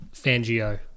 Fangio